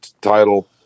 title